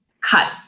cut